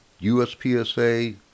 USPSA